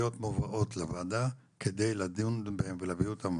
מובאות לוועדה כדי לדון בהם ולהביא אותם,